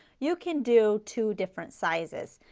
you can do two different sizes.